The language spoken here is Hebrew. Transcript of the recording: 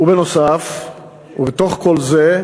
ובתוך כל זה,